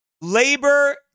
Labor